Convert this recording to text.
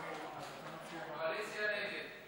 הקואליציה נגד.